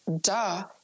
duh